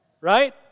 Right